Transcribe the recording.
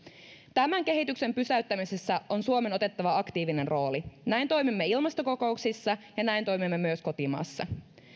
tämän kehityksen pysäyttämisessä on suomen otettava aktiivinen rooli näin toimimme ilmastokokouksissa ja näin toimimme myös kotimaassa